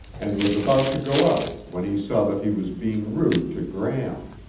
and was about to go out when he saw that he was being rude to gram.